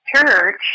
church